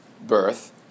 birth